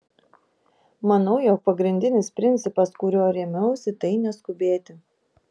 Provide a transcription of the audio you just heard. manau jog pagrindinis principas kuriuo rėmiausi tai neskubėti